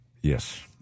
yes